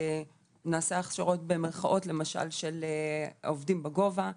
נעשים הכשרות במירכאות למשל של עובדים בגובה,